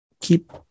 keep